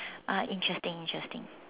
ah interesting interesting